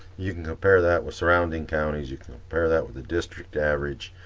you can compare that with surrounding counties, you can compare that with the district average,